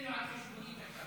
תן לו על חשבוני דקה.